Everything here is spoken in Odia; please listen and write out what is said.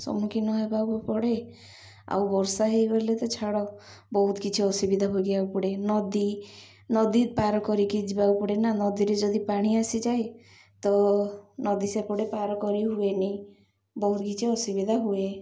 ସମ୍ମୁଖୀନ ହେବାକୁ ପଡ଼େ ଆଉ ବର୍ଷା ହୋଇଗଲେ ତ ଛାଡ଼ ବହୁତ କିଛି ଅସୁବିଧା ଭୋଗିବାକୁ ପଡ଼େ ନଦୀ ନଦୀ ପାର କରିକି ଯିବାକୁ ପଡ଼େ ନା ନଦୀରେ ଯଦି ପାଣି ଆସିଯାଏ ତ ନଦୀ ସେପଟେ ପାର କରି ହୁଏନି ବହୁତ କିଛି ଅସୁବିଧା ହୁଏ